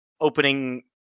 opening